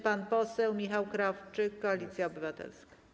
Pan poseł Michał Krawczyk, Koalicja Obywatelska.